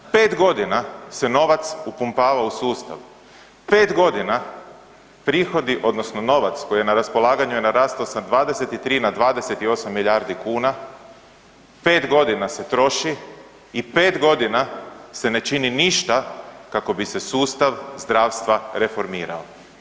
5 godina se novac upumpava u sustav, 5 godina prihodi, odnosno novac koji je na raspolaganju je narastao sa 23 na 28 milijardi kuna, 5 godina se troši i 5 godina se ne čini ništa kako bi se sustav zdravstva reformirao.